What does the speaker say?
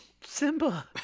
Simba